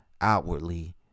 outwardly